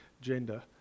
gender